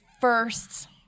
first